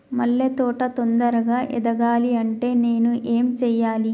మల్లె తోట తొందరగా ఎదగాలి అంటే నేను ఏం చేయాలి?